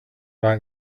back